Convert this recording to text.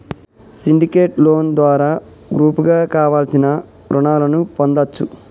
syndicate loan ద్వారా గ్రూపుగా కావలసిన రుణాలను పొందచ్చు